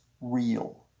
real